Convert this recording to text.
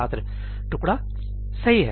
छात्र टुकड़ा सही है